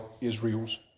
Israel's